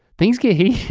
things get heated.